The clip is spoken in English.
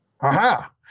Aha